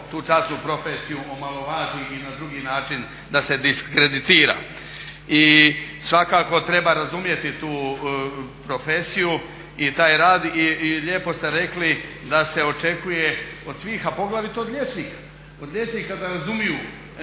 tu časnu profesiju omalovaži i na drugi način da se diskreditira. I svakako treba razumjeti tu profesiju i taj rad i lijepo ste rekli da se očekuje od svih, a poglavito od liječnika da razumiju